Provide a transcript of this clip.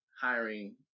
hiring